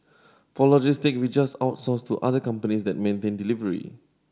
for logistic we just outsource to other companies that maintain delivery